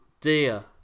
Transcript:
dear